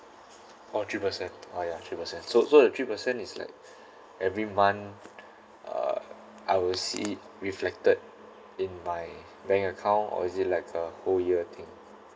oh three percent oh ya three percent so so the three percent is like every month uh I will see it reflected in my bank account or is it like a whole year thing